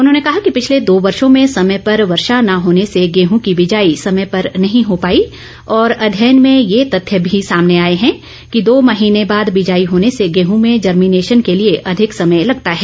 उन्होंने कहा कि पिछले दो वर्षों में समय पर वर्षा न होने से गेह की बिजाई समय पर नहीं हो पाई और अध्ययन में ये तथ्य भी सामने आए हैं कि दो महीने बाद बिजाई होने से गेंहूं में जर्मिनेशन के लिए अधिक समय लगता है